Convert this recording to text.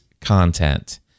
content